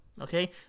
okay